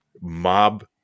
mob